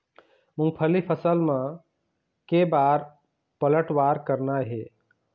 मूंगफली फसल म के बार पलटवार करना हे?